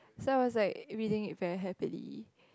so I was like reading it very happily